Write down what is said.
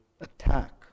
attack